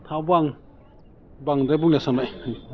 थावबो आं बांद्राय बुंदों सानबाय